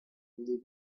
living